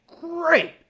great